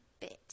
bit